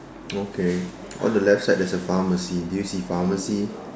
okay on the left side there's a pharmacy do you see pharmacy